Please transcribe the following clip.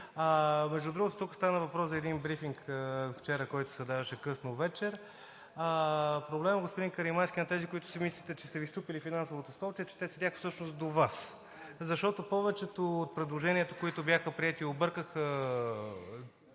Между другото, тук стана въпрос за един брифинг от вчера, който се даваше късно вечерта. Проблемът, господин Каримански, на тези, които си мислите, че са Ви счупили финансовото столче, е, че те седяха всъщност до Вас, защото повечето от предложенията, които бяха приети и объркаха